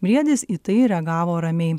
briedis į tai reagavo ramiai